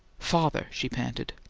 father? she panted.